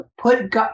put